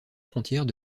frontières